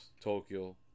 Tokyo